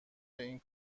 این